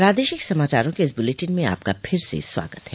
प्रादेशिक समाचारों के इस बुलेटिन में आपका फिर से स्वागत है